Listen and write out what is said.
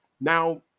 Now